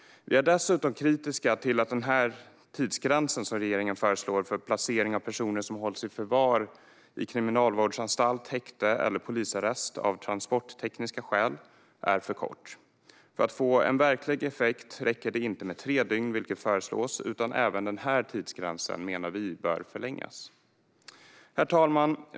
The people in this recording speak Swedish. Vi är dessutom kritiska till den tidsgräns som regeringen föreslår för placering av personer som hålls i förvar i kriminalvårdsanstalt, häkte eller polisarrest av transporttekniska skäl. Den är för kort. För att få en verklig effekt räcker det inte med tre dygn, vilket föreslås, utan även denna tidsgräns menar vi bör förlängas. Herr talman!